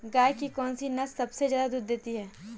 गाय की कौनसी नस्ल सबसे ज्यादा दूध देती है?